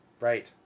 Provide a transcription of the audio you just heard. Right